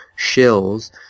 shills